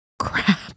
crap